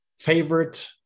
Favorite